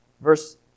Verse